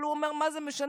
אבל הוא אומר: מה זה משנה,